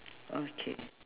okay